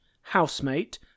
housemate